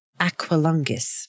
aquilungus